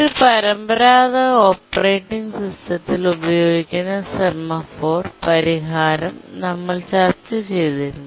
ഒരു പരമ്പരാഗത ഓപ്പറേറ്റിംഗ് സിസ്റ്റത്തിൽഉപയോഗിക്കുന്ന സെമാഫോർ പരിഹാരം നമ്മൾ ചർച്ച ചെയ്തിരുന്നു